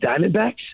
Diamondbacks